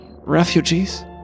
refugees